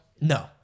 No